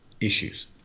issues